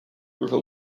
river